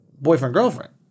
boyfriend-girlfriend